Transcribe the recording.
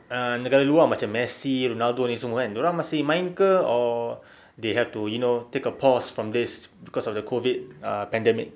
ah negara luar macam messi ronaldo ni semua kan dorang masih main ke or they have to you know take a pause from this cause of the COVID pandemic